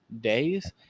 Days